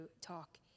talk